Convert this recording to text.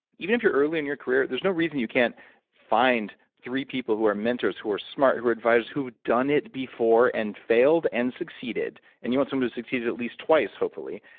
even if you're early in your career, there's no reason you can't find three people who are mentors, who are smart, who are advisors, who've done it before and failed and succeeded and you want someone who's succeeded at least twice, hopefully.